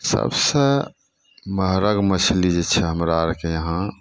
सबसे महग मछली जे छै हमरा आओरके यहाँ